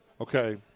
Okay